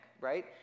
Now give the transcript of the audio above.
right